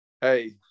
hey